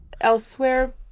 elsewhere